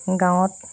গাঁৱত